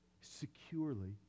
securely